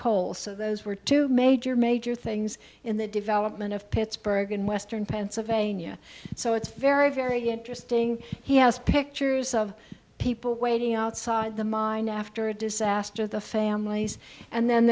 coal so those were two major major things in the development of pittsburgh and western pennsylvania so it's very very interesting he has pictures of people waiting outside the mine after a disaster the families and then